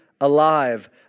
alive